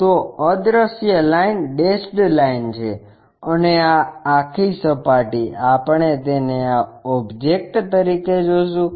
તો અદ્રશ્ય line dashed line છે અને આ આખી સપાટી આપણે તેને આ ઓબ્જેક્ટ તરીકે જોશું